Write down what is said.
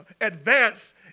advance